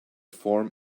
form